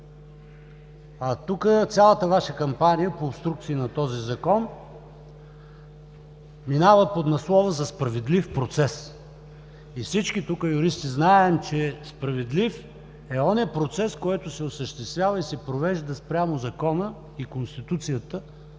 А тук, цялата Ваша кампания по обструкции на този Закон минава под надслова за справедлив процес. Всички юристи тук знаем, че справедлив е онзи процес, който се осъществява и се провежда спрямо закона и Конституцията